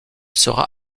sera